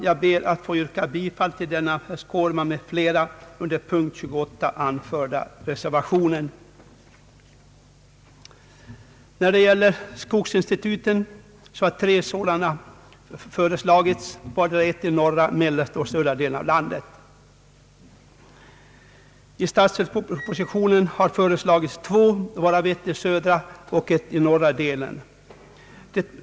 Jag ber att få yrka bifall till den vid punkten 28 avgivna reservationen av herr Skårman m.fl. Tre skogsinstitut har föreslagits, ett i vardera norra, mellersta och södra delen av landet. I statsverkspropositionen har föreslagits två, av vilka ett i södra och ett i norra delen av landet.